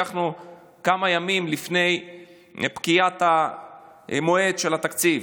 לקחנו כמה ימים לפני פקיעת המועד של התקציב.